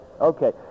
okay